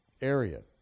area